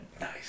nice